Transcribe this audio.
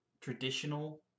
traditional